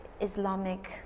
Islamic